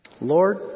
Lord